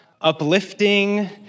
uplifting